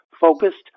focused